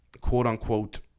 quote-unquote